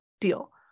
Deal